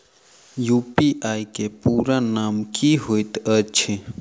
UPI केँ पूरा नाम की होइत अछि?